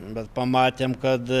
bet pamatėm kad